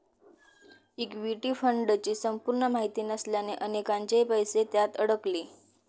equity फंडची संपूर्ण माहिती नसल्याने अनेकांचे पैसे त्यात अडकले